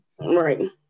right